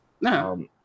No